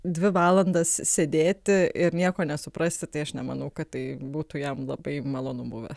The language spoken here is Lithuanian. dvi valandas sėdėti ir nieko nesuprasti tai aš nemanau kad tai būtų jam labai malonu buvę